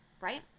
right